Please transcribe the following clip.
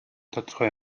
тодорхой